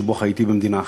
שבה חייתי במדינה אחרת,